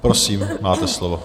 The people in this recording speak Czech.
Prosím, máte slovo.